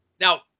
Now